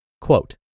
Quote